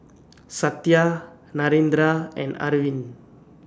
Satya Narendra and Arvind